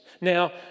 Now